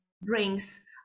brings